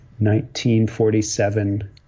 1947